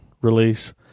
release